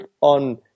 on